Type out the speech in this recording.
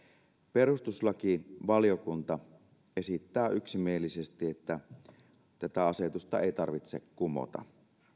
perustuslakivaliokunta esittää yksimielisesti että tätä asetusta ei tarvitse kumota